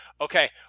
okay